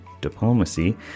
diplomacy